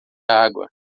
água